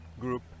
group